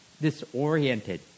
disoriented